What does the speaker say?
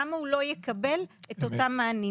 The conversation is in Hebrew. למה הוא לא יקבל את אותם המענים?